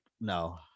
no